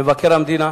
מבקר המדינה,